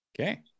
Okay